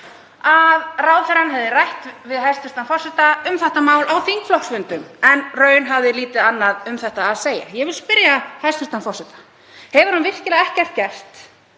að ráðherrann hefði rætt við hæstv. forseta um þetta mál á þingflokksfundum en hafði í raun lítið annað um það að segja. Ég vil spyrja hæstv. forseta: Hefur hann virkilega ekkert gert